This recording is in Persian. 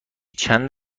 چند